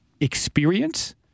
experience